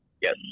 Yes